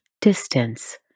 Distance